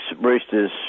Roosters